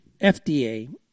FDA